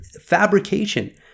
fabrication